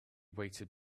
waited